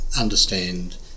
understand